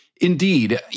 indeed